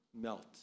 melt